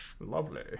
Lovely